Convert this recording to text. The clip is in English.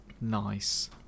Nice